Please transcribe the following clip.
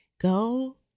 go